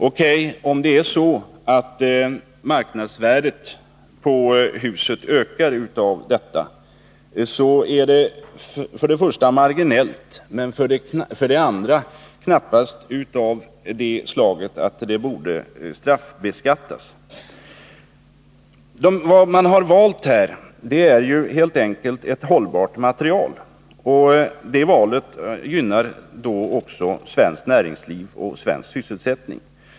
Ökar det husets marknadsvärde, är det för det första marginellt och för det andra knappast så, att det bör straffbeskattas. Man har helt enkelt valt ett hållbart material, och detta val gynnar också svenskt näringsliv och svensk sysselsättning.